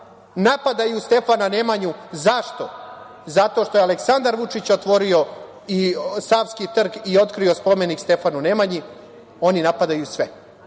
Napadaju Stefana Nemanju. Zašto? Zato što je Aleksandar Vučić otvorio i Savski trg i otkrio spomenik Stefanu Nemanji, oni napadaju sve.